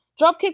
Dropkick